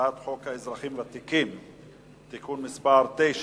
האזרחים הוותיקים (תיקון מס' 9),